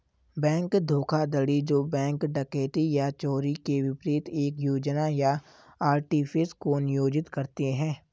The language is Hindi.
बैंक धोखाधड़ी जो बैंक डकैती या चोरी के विपरीत एक योजना या आर्टिफिस को नियोजित करते हैं